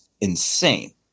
insane